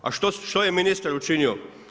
A što je ministar učinio?